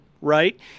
Right